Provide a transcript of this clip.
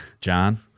John